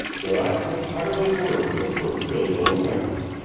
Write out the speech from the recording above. that i am entirely worthy of her filial affection,